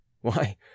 Why